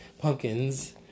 Pumpkins